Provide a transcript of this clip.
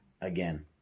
again